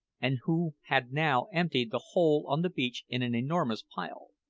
and who had now emptied the whole on the beach in an enormous pile.